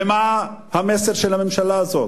ומה המסר של הממשלה הזאת?